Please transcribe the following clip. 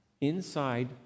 Inside